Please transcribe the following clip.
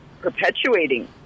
perpetuating